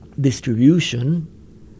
distribution